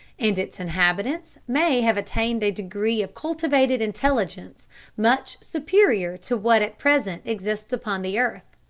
and its inhabitants may have attained a degree of cultivated intelligence much superior to what at present exists upon the earth.